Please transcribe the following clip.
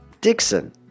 Dixon